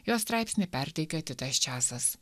jo straipsnį perteikia titas čiasas